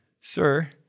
Sir